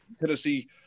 Tennessee